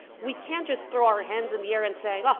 we can't just throw our hands in the air and say,